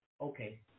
Okay